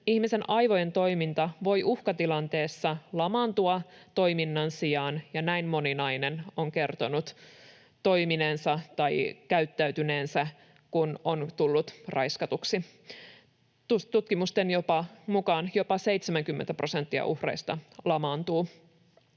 ihmisen aivojen toiminta voi uhkatilanteessa lamaantua toiminnan sijaan, ja näin moni nainen on kertonut toimineensa tai käyttäytyneensä, kun on tullut raiskatuksi. Tutkimusten mukaan jopa 70 prosenttia uhreista lamaantuu.